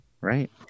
right